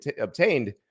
obtained